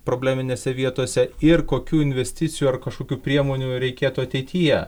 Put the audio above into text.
probleminėse vietose ir kokių investicijų ar kažkokių priemonių reikėtų ateityje